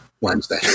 Wednesday